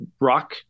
rock